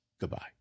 goodbye